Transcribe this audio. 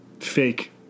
fake